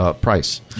price